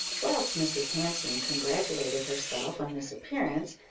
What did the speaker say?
whilst mrs. hanson congratulated herself on this appearance,